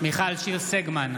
מיכל שיר סגמן,